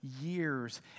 Years